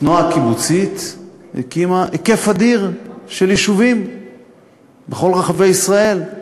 התנועה הקיבוצית הקימה היקף אדיר של יישובים בכל רחבי ישראל.